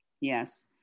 Yes